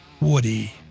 Woody